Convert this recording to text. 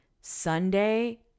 Sunday